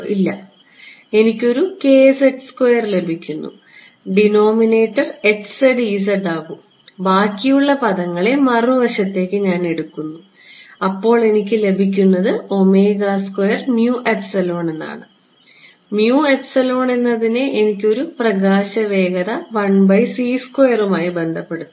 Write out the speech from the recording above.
ഇല്ല എനിക്ക് ഒരു ലഭിക്കുന്നു ഡിനോമിനേറ്റർ ആകും ബാക്കിയുള്ള പദങ്ങളെ മറുവശത്തേക്ക് ഞാൻ എടുക്കുന്നു അപ്പോൾ എനിക്ക് ലഭിക്കുന്നത് എന്നാണ് എന്നതിനെ എനിക്ക് ഒരു പ്രകാശന വേഗത മായി ബന്ധപ്പെടുത്താം